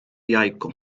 jajko